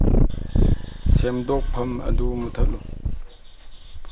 ꯁꯦꯝꯗꯣꯛꯎꯐꯝ ꯑꯗꯨ ꯃꯨꯠꯊꯠꯂꯨ